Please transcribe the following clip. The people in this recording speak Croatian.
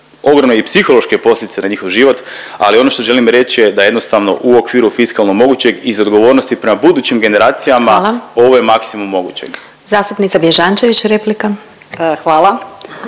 ogromno i psihološke posljedice na njihov život, ali ono što želim reći da jednostavno u okviru fiskalno mogućeg, iz odgovornosti prema budućim generacijama, ovo je maksimum moguće. **Glasovac, Sabina